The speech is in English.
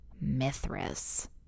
Mithras